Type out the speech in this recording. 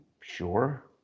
sure